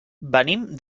venim